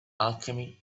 alchemy